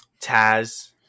Taz